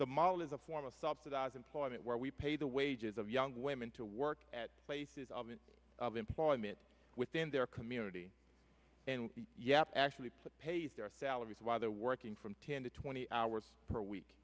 the model is a form of subsidized employment where we pay the wages of young women to work at places of in employment within their community and yet actually put pays their salaries while they're working from ten to twenty hours per week